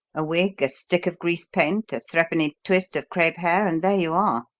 a wig, a stick of grease-paint, a threepenny twist of crepe hair, and there you are!